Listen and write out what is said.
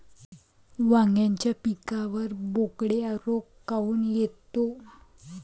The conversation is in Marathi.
वांग्याच्या पिकावर बोकड्या रोग काऊन येतो?